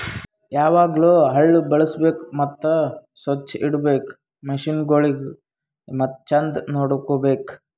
ಯಾವಾಗ್ಲೂ ಹಳ್ಳು ಬಳುಸ್ಬೇಕು ಮತ್ತ ಸೊಚ್ಚ್ ಇಡಬೇಕು ಮಷೀನಗೊಳಿಗ್ ಮತ್ತ ಚಂದ್ ನೋಡ್ಕೋ ಬೇಕು